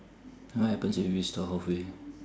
what happens if we stop halfway